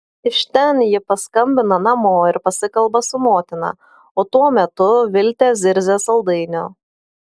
iš ten ji paskambina namo ir pasikalba su motina o tuo metu viltė zirzia saldainio